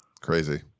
Crazy